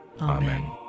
Amen